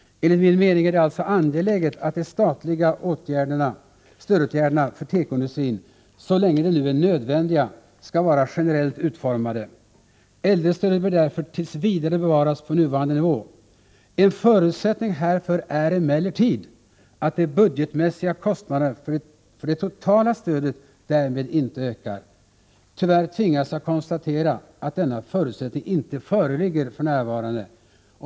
Enligt min mening är det alltså angeläget att de statliga stödåtgärderna för tekoindustrin, så länge de nu är nödvändiga, skall vara generellt utformade. Äldrestödet bör därför tills vidare bevaras på nuvarande nivå. En förutsättning härför är emellertid att de budgetmässiga kostnaderna för det totala stödet därmed inte ökar. Tyvärr tvingas jag konstatera att denna förutsättning inte föreligger för närvarande.